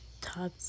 top